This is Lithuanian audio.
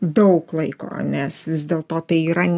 daug laiko nes vis dėlto tai yra